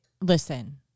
listen